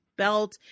belt